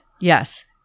Yes